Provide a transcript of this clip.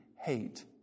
hate